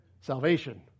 Salvation